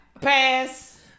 Pass